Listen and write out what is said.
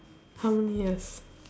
how many years